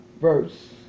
verse